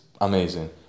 amazing